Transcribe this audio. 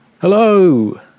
Hello